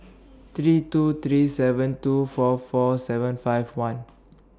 three two three seven two four four seven five one